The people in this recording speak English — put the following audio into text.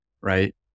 right